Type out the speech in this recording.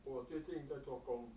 我最近在做工